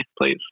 please